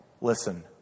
Listen